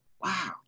wow